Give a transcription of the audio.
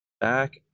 back